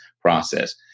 process